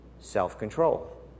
self-control